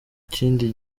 kindi